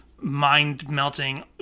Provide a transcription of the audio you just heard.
mind-melting